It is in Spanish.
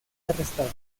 arrestado